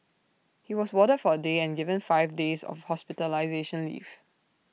he was warded for A day and given five days of hospitalisation leave